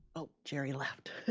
oh, geri left.